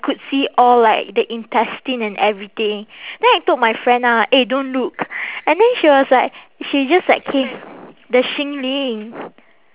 could see all like the intestine and everything then I told my friend ah eh don't look and then she was like she just like K the xin lin